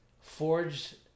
forged